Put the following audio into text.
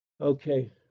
Okay